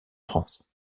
france